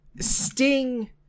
Sting